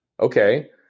Okay